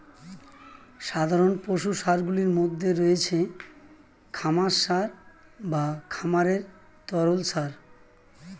সাধারণ পশু সারগুলির মধ্যে রয়েছে খামার সার বা খামারের তরল সার